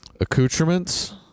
Accoutrements